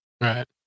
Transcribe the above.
Right